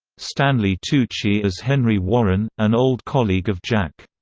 stanley tucci as henry warren, an old colleague of jack.